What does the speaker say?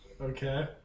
Okay